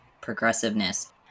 progressiveness